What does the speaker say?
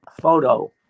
photo